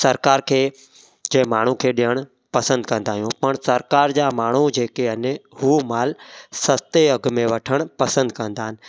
सरकार खे जे माण्हू खे ॾियणु पसंदि कंदा आहियूं पर सरकार जा माण्हू जेके आहिनि हू माल सस्ते अघ में वठणु पसंदि कंदा आहिनि